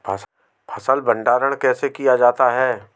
फ़सल भंडारण कैसे किया जाता है?